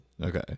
Okay